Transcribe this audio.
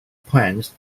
plans